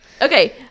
okay